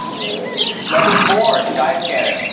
number four skyscanner.